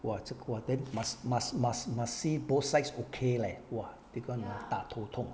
!wah! 这 !wah! then must must must must see both sides okay leh !wah! this [one] ah 大头痛